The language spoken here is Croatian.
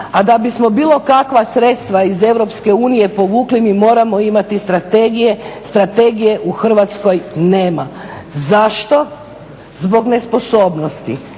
A da bismo bilo kakva sredstva iz Europske unije povukli mi moramo imati strategije, strategije u Hrvatskoj nema. Zašto? Zbog nesposobnosti.